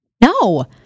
No